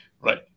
right